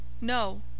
No